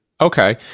Okay